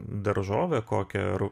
daržovę kokią ar